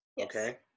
Okay